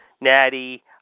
Natty